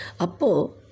Apo